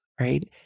right